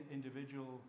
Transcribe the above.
individual